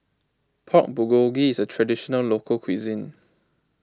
Pork Bulgogi is a Traditional Local Cuisine